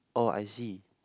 oh I see